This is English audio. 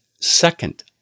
second